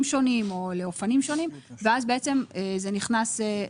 שונים או לאופנים שונים ואז בעצם זה נכנס.